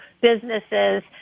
businesses